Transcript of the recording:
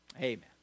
Amen